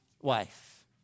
wife